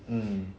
mm